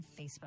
facebook